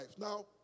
Now